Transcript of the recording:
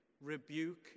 rebuke